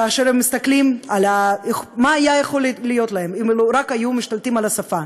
כאשר הם מסתכלים על מה היה יכול להיות להם אילו רק היו משתלטים על השפה,